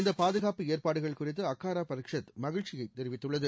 இந்த பாதுகாப்பு ஏற்பாடுகள் குறித்து அக்காரா பரிஷத் மகிழ்ச்சியை தெரிவித்துள்ளது